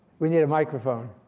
we need a microphone.